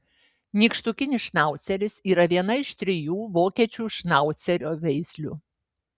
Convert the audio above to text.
nykštukinis šnauceris yra viena iš trijų vokiečių šnaucerio veislių